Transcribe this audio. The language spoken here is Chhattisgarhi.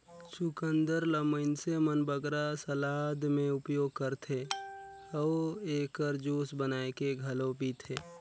चुकंदर ल मइनसे मन बगरा सलाद में उपयोग करथे अउ एकर जूस बनाए के घलो पीथें